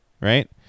right